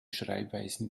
schreibweisen